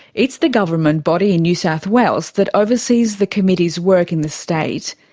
it's the government body in new south wales that oversees the committees' work in the state.